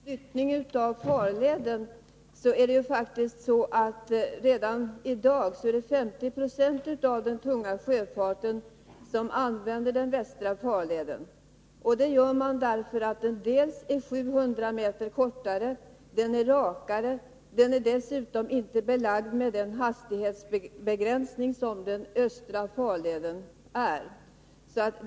Herr talman! Beträffande flyttningen av farleden vill jag framhålla att redan i dag använder 50 96 av den tunga sjöfarten den västra farleden. Den är 700 m kortare. Den är rakare och dessutom icke belagd med den hastighetsbegränsning som gäller för den östra farleden.